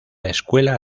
escuela